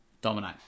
dominate